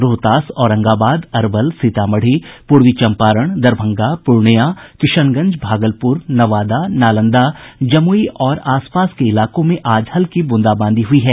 रोहतास औरंगाबाद अरवल सीतामढ़ी पूर्वी चंपारण दरभंगा पूर्णिया किशनगंज भागलपुर नवादा नालंदा जमुई और आसपास के इलाकों में हल्की ब्रंदाबांदी हुई है